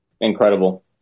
Incredible